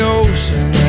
ocean